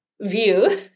view